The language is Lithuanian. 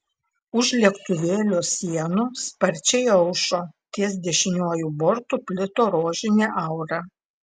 už lėktuvėlio sienų sparčiai aušo ties dešiniuoju bortu plito rožinė aura